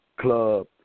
Club